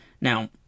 Now